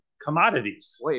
commodities